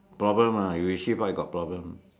problem ah you shift right you got problem